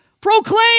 proclaim